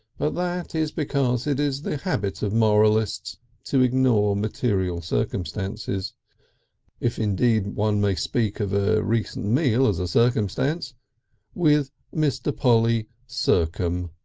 but that is because it is the habit of moralists to ignore material circumstances if indeed one may speak of a recent meal as a circumstance with mr. polly circum.